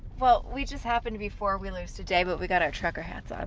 well, we just happen to be four-wheelers today, but we got our trucker hats. um